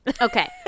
Okay